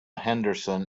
henderson